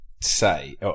say